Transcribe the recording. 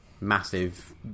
massive